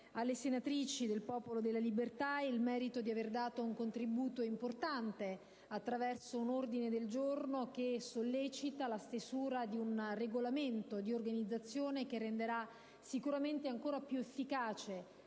alle senatrici del Popolo della Libertà il merito di aver fornito un contributo importante attraverso un ordine del giorno che sollecita la stesura di un regolamento di organizzazione, che renderà sicuramente ancora più efficace